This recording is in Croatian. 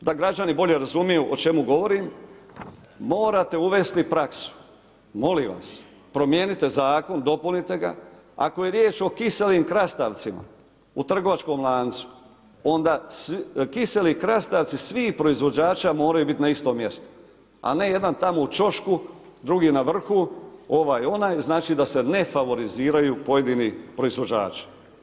Da građani bolje razumiju o čemu govorim, morate uvesti praksu, molim vas, promijenite zakon, dopunite ga, ako je riječ o kiselim krastavcima u trgovačkom lancu onda kiseli krastavci svih proizvođača moraju biti na istom mjestu, a ne jedan tamo u ćošku, drugi na vrhu ovaj, onaj znači da se ne favoriziraju pojedini proizvođači.